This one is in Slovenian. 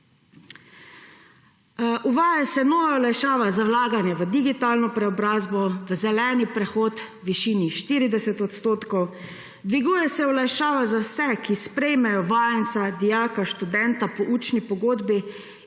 Uvaja se nova olajšava za vlaganje v digitalno preobrazbo, v zeleni prehod v višini 40 odstotkov, dviguje se olajšava za vse, ki sprejmejo vajenca, dijaka, študenta po učni pogodbi